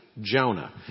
Jonah